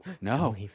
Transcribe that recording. no